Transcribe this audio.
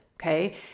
Okay